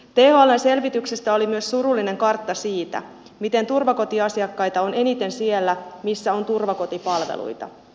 thln selvityksessä oli myös surullinen kartta siitä että turvakotiasiakkaita on eniten siellä missä on turvakotipalveluita